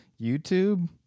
YouTube